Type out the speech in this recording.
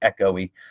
echoey